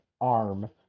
ARM